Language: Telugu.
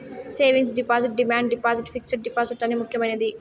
savings deposit demand deposit fixed deposit అనే ముక్యమైనది